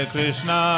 Krishna